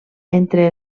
entre